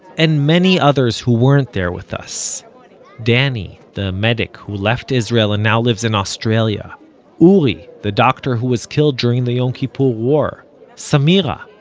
and many others who weren't there with us danny, the medic who left israel and now lives in australia uri, the doctor who was killed during the yom kippur war samira,